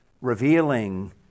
revealing